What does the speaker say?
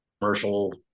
commercial